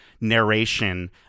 narration